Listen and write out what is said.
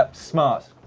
ah smart.